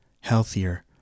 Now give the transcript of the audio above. healthier